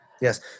Yes